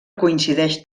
coincideix